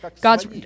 God's